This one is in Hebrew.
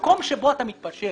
מקום שבו אתה מתפשר